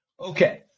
okay